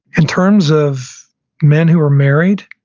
in terms of men who are married,